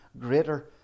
greater